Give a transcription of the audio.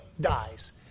dies